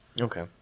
Okay